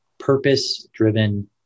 purpose-driven